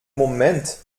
moment